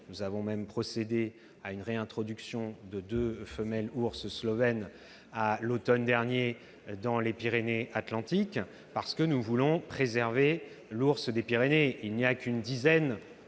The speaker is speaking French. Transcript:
Nous avons même procédé à la réintroduction de deux ourses slovènes, à l'automne dernier, dans les Pyrénées-Atlantiques, car nous voulons préserver l'ours des Pyrénées. Il n'y a qu'une dizaine